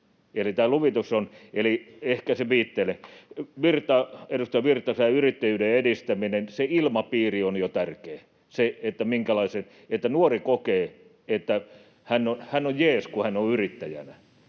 ehkä tämä luvitus viitteelle. Edustaja Virta, tämä yrittäjyyden edistäminen: jo se ilmapiiri on tärkeä, se, että nuori kokee, että hän on jees, kun hän on yrittäjänä,